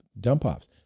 dump-offs